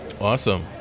Awesome